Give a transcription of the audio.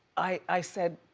i, i said,